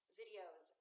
videos